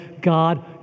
God